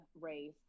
race